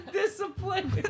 discipline